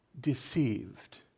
deceived